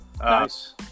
Nice